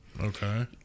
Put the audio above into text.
Okay